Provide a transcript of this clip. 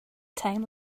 time